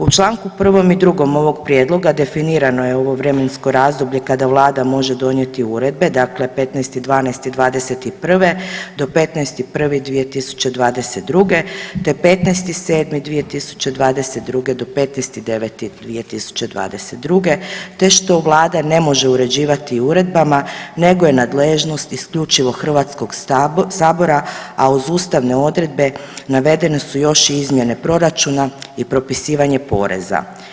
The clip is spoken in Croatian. U Članku 1. i 2. ovog prijedloga definirano je ovo vremensko razdoblje kada Vlada može donijeti uredbe dakle 15.12.2021. do 15.1.2022. te 15.7.2022. do 15.9.2022., te što Vlada ne može uređivati uredbama nego je nadležnost isključivo Hrvatskog sabora, a uz ustavne odredbe navedene su još i izmjene proračuna i propisivanje poreza.